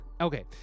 Okay